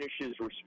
finishes